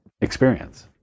experience